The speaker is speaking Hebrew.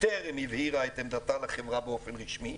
טרם הבהירה את עמדתה לחברה באופן רשמי?